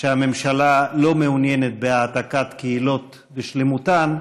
שהממשלה לא מעוניינת בהעתקת קהילות בשלמותן,